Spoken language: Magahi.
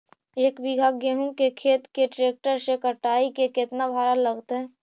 एक बिघा गेहूं के खेत के ट्रैक्टर से कटाई के केतना भाड़ा लगतै?